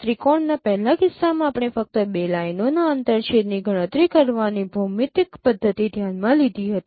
ત્રિકોણના પહેલાના કિસ્સામાં આપણે ફક્ત બે લાઇનોના આંતરછેદની ગણતરી કરવાની ભૌમિતિક પદ્ધતિ ધ્યાનમાં લીધી હતી